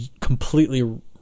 completely